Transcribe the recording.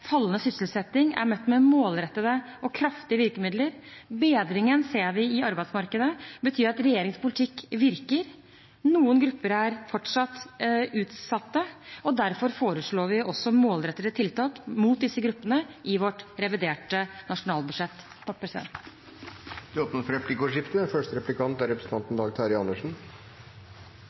fallende sysselsetting er blitt møtt med målrettede og kraftige virkemidler. Bedringen vi ser i arbeidsmarkedet, betyr at regjeringens politikk virker. Noen grupper er fortsatt utsatt, derfor foreslår vi målrettede tiltak mot disse gruppene i vårt reviderte nasjonalbudsjett. Det blir replikkordskifte. Jeg registrerte i media her for